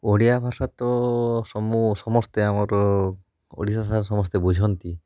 ଓଡ଼ିଆ ଭାଷା ତ ସମ ସମସ୍ତେ ଆମର ଓଡ଼ିଶା ସାରା ସମସ୍ତେ ବୁଝନ୍ତି